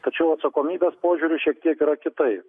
tačiau atsakomybės požiūriu šiek tiek yra kitaip